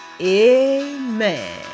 amen